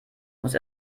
muss